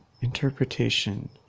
interpretation